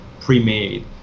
pre-made